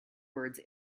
words